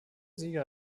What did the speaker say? sieger